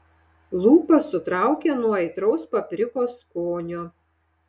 lūpas sutraukė nuo aitraus paprikos skonio